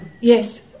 Yes